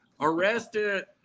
arrested